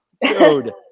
Dude